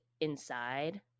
inside